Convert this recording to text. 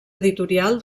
editorial